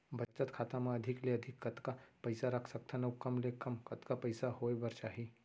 बचत खाता मा अधिक ले अधिक कतका पइसा रख सकथन अऊ कम ले कम कतका पइसा होय बर चाही?